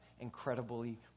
incredibly